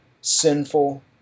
sinful